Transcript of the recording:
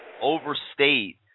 overstate